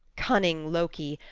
cunning loki,